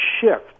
shift